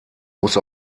muss